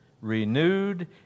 renewed